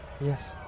Yes